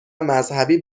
مذهبی